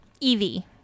Evie